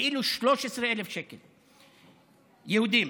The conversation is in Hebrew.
כאילו 13,000 שקל ליהודים.